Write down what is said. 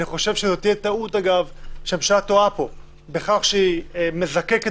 אני חושב אגב שהממשלה טועה פה בכך שהיא מזקקת